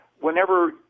whenever